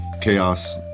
chaos